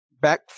back